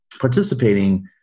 participating